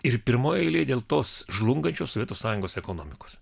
ir pirmoj eilėj dėl tos žlungančios sovietų sąjungos ekonomikos